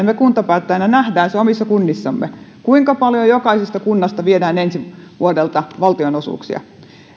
me kuntapäättäjinä näemme sen omissa kunnissamme kuinka paljon jokaisesta kunnasta viedään ensi vuodelta valtionosuuksia